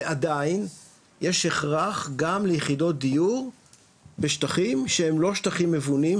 ועדיין יש הכרח גם ליחידות דיור בשטחים שהם לא שטחים מבונים,